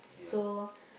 so